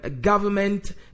government